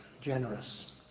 generous